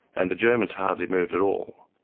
and the germans hardly moved at all.